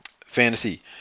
fantasy